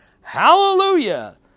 Hallelujah